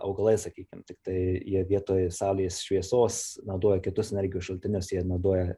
augalai sakykim tiktai jie vietoj saulės šviesos naudoja kitus energijos šaltinius jie naudoja